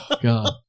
god